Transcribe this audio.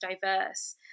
diverse